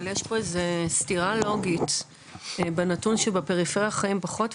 אבל יש פה איזה סתירה לוגית בנתון שבפריפריה חיים פחות,